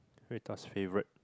Hui-Da's favourite